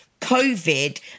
COVID